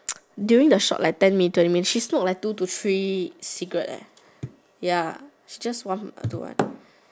during the short like ten minute twenty minutes she smoke like two to three cigarettes ya she just like one to two